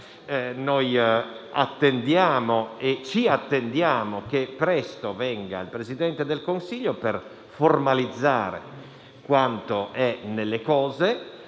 Attendiamo e ci aspettiamo che presto il Presidente del Consiglio venga per formalizzare quanto è nelle cose,